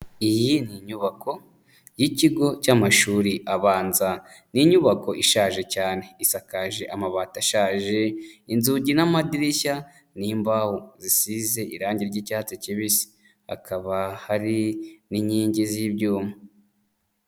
Iyi ni inyubako y'ikigo cyamashuri abanza. Ni inyubako ishaje cyane, isakaje amabati ashaje, inzugi n'amadirishya n'imbaho zisize irangi ry'icyatsi kibisi. Hakaba hari n'inkingi z'ibyuma.